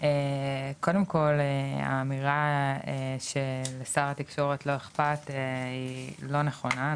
קודם כל האמירה שלשר התקשורת לא אכפת היא לא נכונה,